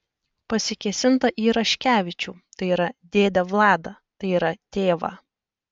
pasikėsinta į raškevičių tai yra dėdę vladą tai yra tėvą